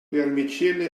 vermicelli